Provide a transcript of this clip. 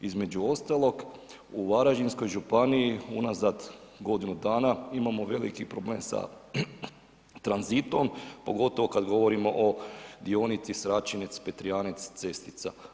Između ostalo u Varaždinskoj županiji unazad godinu dana imamo veliki problem sa tranzitom, pogotovo kad govorimo o dionici Sraćinec – Petrijanec – Cestica.